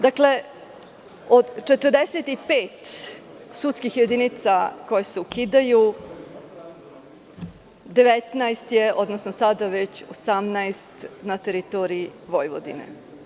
Dakle, od 45 sudskih jedinica koje se ukidaju, 19 je, odnosno sada već 18 na teritoriji Vojvodine.